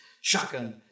shotgun